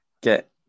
get